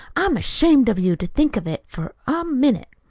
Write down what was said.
i'm ashamed of you to think of it, for a minute!